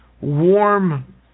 warm